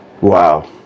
Wow